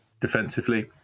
defensively